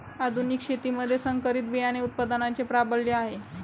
आधुनिक शेतीमध्ये संकरित बियाणे उत्पादनाचे प्राबल्य आहे